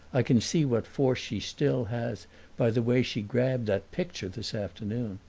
i can see what force she still has by the way she grabbed that picture this afternoon.